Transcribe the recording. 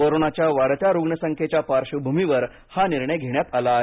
कोरोनाच्या वाढत्या रुग्णसंख्येच्या पार्श्वभूमीवर हा निर्णय घेण्यात आला आहे